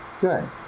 Good